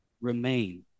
remain